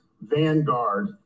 vanguard